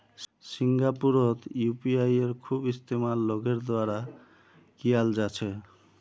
सिंगापुरतो यूपीआईयेर खूब इस्तेमाल लोगेर द्वारा कियाल जा छे